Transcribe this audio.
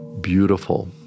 beautiful